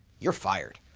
you're fired!